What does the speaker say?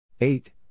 Eight